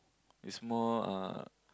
it's more uh